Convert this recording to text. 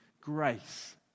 grace